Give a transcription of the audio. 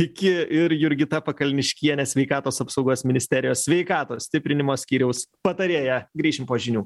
iki ir jurgita pakalniškienė sveikatos apsaugos ministerijos sveikatos stiprinimo skyriaus patarėja grįšim po žinių